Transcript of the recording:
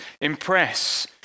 impress